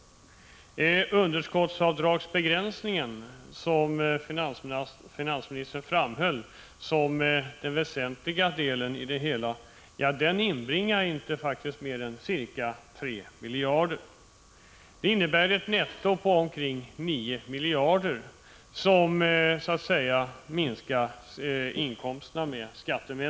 Begränsningen av underskottsavdragen, som finansministern framhöll som den väsentliga delen i det hela, inbringade inte mer än ca 3 miljarder. Det innebär ett netto av minskade inkomster skattemässigt på omkring 9 miljarder.